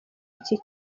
iki